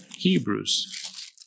Hebrews